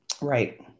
Right